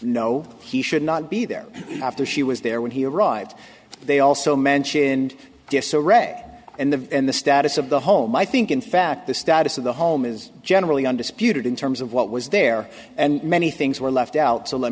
no he should not be there after she was there when he arrived they also mentioned disarray and the and the status of the home i think in fact the status of the home is generally undisputed in terms of what was there and many things were left out so let